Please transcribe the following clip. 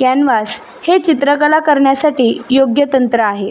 canvas हे चित्रकला करण्यासाठी योग्य तंत्र आहे